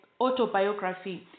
autobiography